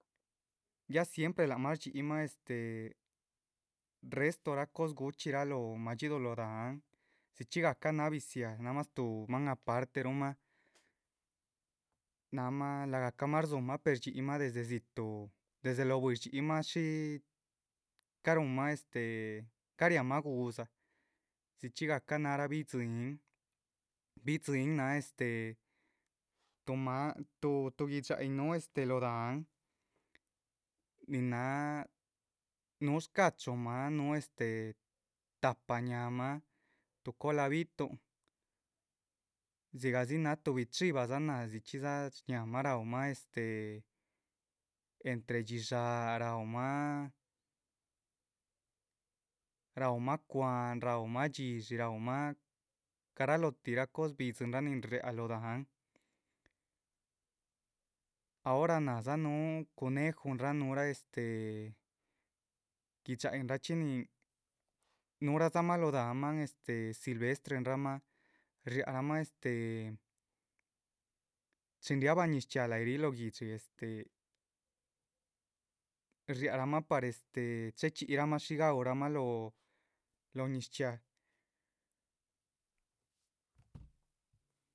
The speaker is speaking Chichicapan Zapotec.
Ya siempre lac mah shdxíyihma resto cos guchxírah lóho madxíduh lóho dahán dzichxí gahca náha biziáha namás tuh maan aparterumah, náhmah lac gahcamah rdzúhumah. per shdxíyihmah desde dzítuh desde lóho bw´ín shdxíyihmah shí ca´ rúhunmah ca´riahmah gu´dza, dzichxí gahca náhra bidziín, bidziín náha este tuh máan, tuh tuh. gui´dxayin núhu este loho dahán nin náha núhu shca´chumah núhu este tahpa ñáhaamah tuh cola bi´tuhn, dzigah dzi náha tuhbi chivadza náh dzichxídza shñáhamah. raúmah este entre dxíshaa raúmah raúmah cwa´han, raúma dxidshí, raumah garalótihraa cosa bídzinraa nin riáha lóho dahán, ahora náh dza núhu cunejunraa. núhuraa este gui´dxayinrachxí nin núhuradzamah lóho dahán man silvestrerahmah riáha ramah este chin riábah ñiz chxiaa lahyi ríh lóho guihdxi. este riahramah par este chehe chxíyihramah shí gaúrahmah lóho lóho ñiz chxiaa.